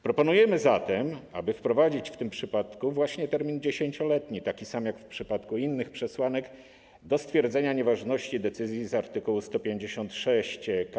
Proponujemy zatem, aby wprowadzić w tym przypadku właśnie termin 10-letni, taki sam jak w przypadku innych przesłanek stwierdzenia nieważności decyzji z art. 156 k.p.a.